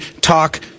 talk